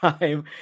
time